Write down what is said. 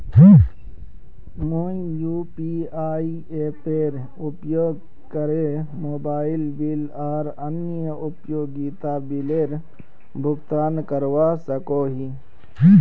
मुई यू.पी.आई एपेर उपयोग करे मोबाइल बिल आर अन्य उपयोगिता बिलेर भुगतान करवा सको ही